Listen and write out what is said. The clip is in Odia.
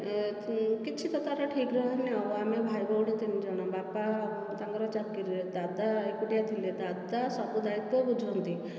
କିଛି ତ ତାର ଠିକ ରହେନି ଆଉ ଆମେ ଭାଇ ଭଉଣୀ ତିନିଜଣ ବାପା ତାଙ୍କର ଚାକିରୀରେ ଦାଦା ଏକୁଟିଆ ଥିଲେ ଦାଦା ସବୁ ଦାୟିତ୍ବ ବୁଝନ୍ତି